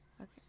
okay